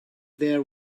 there